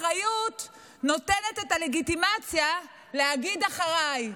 אחריות נותנת את הלגיטימציה להגיד "אחריי".